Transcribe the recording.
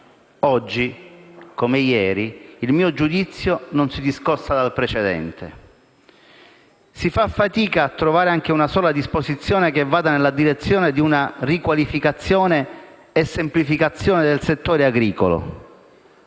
Oggi come ieri, il mio giudizio non si discosta dal precedente. Si fa fatica a trovare anche una sola disposizione che vada nella direzione di una riqualificazione e semplificazione del settore agricolo.